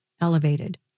elevated